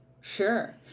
Sure